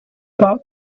bought